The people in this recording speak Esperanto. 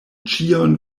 ĉion